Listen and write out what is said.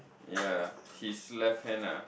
ya his left hand ah